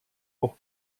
auch